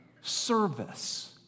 service